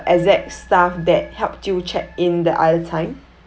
exact staff that helped you check in the other time